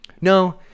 no